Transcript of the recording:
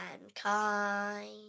mankind